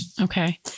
Okay